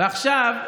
ועכשיו,